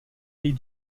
pays